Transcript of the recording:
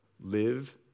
Live